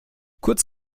kurz